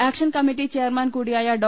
action committee chairman കൂടിയായ ഡോ